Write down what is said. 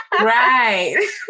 Right